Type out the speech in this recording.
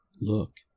Look